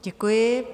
Děkuji.